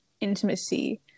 intimacy